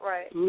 Right